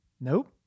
Nope